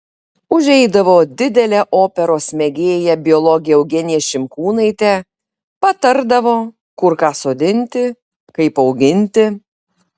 užeidavo didelė operos mėgėja biologė eugenija šimkūnaitė patardavo kur ką sodinti kaip auginti